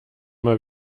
mal